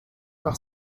par